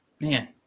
man